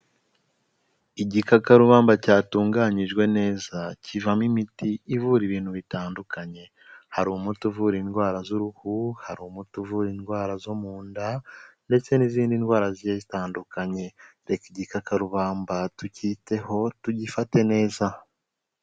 Igikakarubamba cyatunganyijwe neza kivamo imiti ivura ibintu bitandukanye, hari umuti uvura indwara z'uruhu, hari umuti uvura indwara zo mu nda ndetse n'izindi ndwara zigiye zitandukanye, reka igikakarubamba tukiteho tugifate neza.